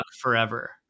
forever